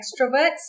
extroverts